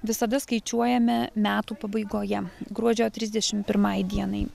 visada skaičiuojame metų pabaigoje gruodžio trisdešim pirmai dienai